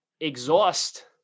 exhaust